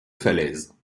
falaise